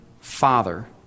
father